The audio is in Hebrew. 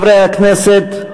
חברי הכנסת,